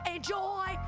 Enjoy